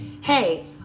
hey